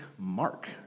Mark